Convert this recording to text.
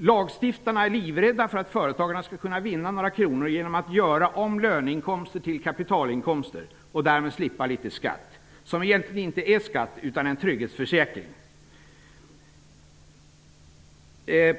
Lagstiftarna är livrädda för att företagarna skall kunna vinna några kronor genom att göra om löneinkomster till kapitalinkomster och därmed slippa litet skatt, som egentligen inte är skatt, utan en trygghetsförsäkring.